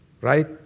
Right